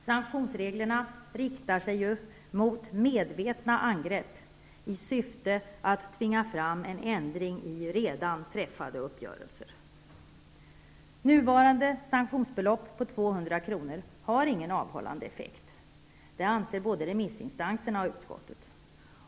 Sanktionsreglerna riktar sig ju mot medvetna angrepp i syfte att tvinga fram en ändring i redan träffade uppgörelser. Nuvarande sanktionsbelopp på 200 kr. har ingen avhållande effekt. Det anser både remissinstanserna och utskottet.